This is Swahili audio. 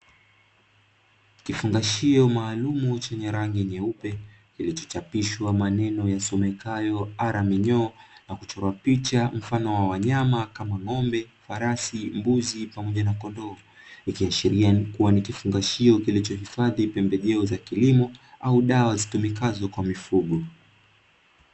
Kifungashio maalumu chenye rangi nyeupe, kilichochapishwa maneno yasomekayo "R-minyoo", na kuchora picha mfano wa wanyama kama ng'ombe, farasi, mbuzi pamoja na kondoo, ikiashiria kuwa ni kifungashio kilichohifadhi pembejeo za kilimo au dawa zitumikazo kwa mifugo.